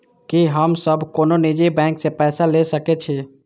की हम सब कोनो निजी बैंक से पैसा ले सके छी?